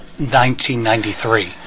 1993